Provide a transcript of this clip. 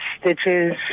stitches